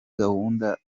gahunda